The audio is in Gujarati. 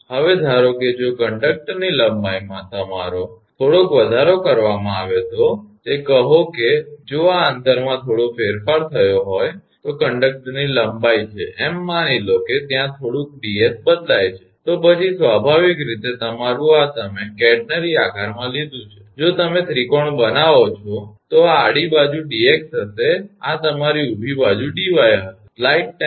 હવે ધારો કે જો કંડક્ટરની લંબાઈમાં તમારો થોડોક વધારો કરવામાં આવે તો તે કહો કે જો આ અંતરમાં થોડો ફેરફાર થયો હોય તો આ કંડક્ટરની લંબાઈ છે એમ માની લો કે ત્યાં થોડુંક 𝑑𝑠 બદલાય છે તો પછી સ્વાભાવિક રીતે તમારુ આ તમે કેટરનરી આકારમાં લીધું છે જો તમે ત્રિકોણ બનાવો છો તો આડી બાજુ 𝑑𝑥 હશે અને તમારી ઊભી બાજુ 𝑑𝑦 હશે